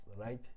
right